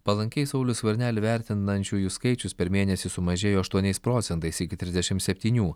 palankiai saulių skvernelį vertinančiųjų skaičius per mėnesį sumažėjo aštuoniais procentais iki trisdešim septynių